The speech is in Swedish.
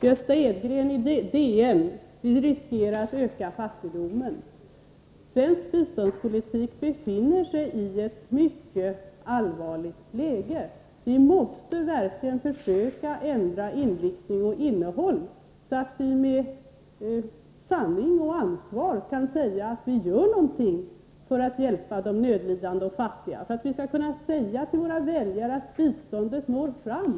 Gösta Edgren skrev i DN: Vi riskerar att öka fattigdomen. Svensk biståndspolitik befinner sig i ett mycket allvarligt läge. Vi måste verkligen försöka ändra dess inriktning och innehåll, så att vi sanningsenligt och med ansvar kan säga att vi gör någonting för att hjälpa de nödlidande och fattiga. Det fordras en sådan ändring för att vi till våra väljare skall kunna säga: Biståndet når fram.